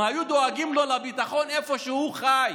הם היו דואגים לו לביטחון במקום שהוא חי.